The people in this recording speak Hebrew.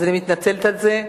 אני מתנצלת על זה.